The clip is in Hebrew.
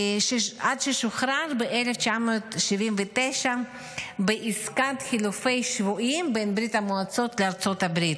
עד ששוחרר ב-1979 בעסקת חילופי שבויים בין ברית המועצות לארצות הברית.